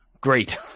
Great